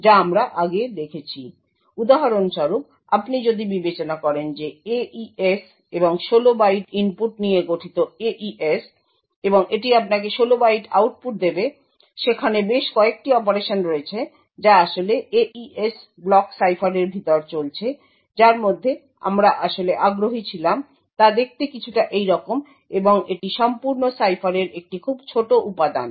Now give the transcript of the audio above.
সুতরাং উদাহরণস্বরূপ আপনি যদি বিবেচনা করেন যে AES এবং 16 বাইট ইনপুট নিয়ে গঠিত AES এবং এটি আপনাকে 16 বাইট আউটপুট দেবে এবং সেখানে বেশ কয়েকটি অপারেশন রয়েছে যা আসলে AES ব্লক সাইফারের ভিতরে চলছে যার মধ্যে আমরা আসলে আগ্রহী ছিলাম তা দেখতে কিছুটা এইরকম এবং এটি সম্পূর্ণ সাইফারের একটি খুব ছোট উপাদান